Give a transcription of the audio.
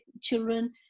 children